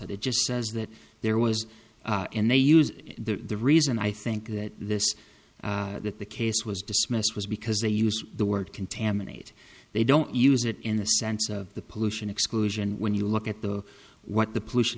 it just says that there was and they use the reason i think that this that the case was dismissed was because they use the word contaminate they don't use it in the sense of the pollution exclusion when you look at the what the pollution